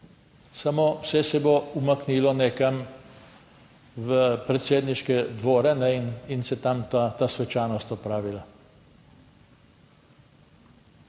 samo vse se bo umaknilo nekam v predsedniške dvore in se tam ta svečanost opravila.